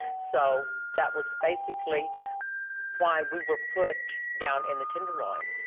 so that was basically why we were put down in the tenderloin.